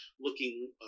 looking